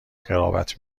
قرابت